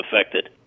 affected